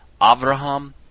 Avraham